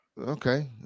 Okay